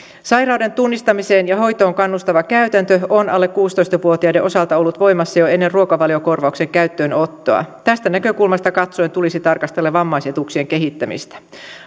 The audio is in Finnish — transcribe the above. sairauden tunnistamiseen ja hoitoon kannustava käytäntö on alle kuusitoista vuotiaiden osalta ollut voimassa jo ennen ruokavaliokorvauksen käyttöönottoa tästä näkökulmasta katsoen tulisi tarkastella vammaisetuuksien kehittämistä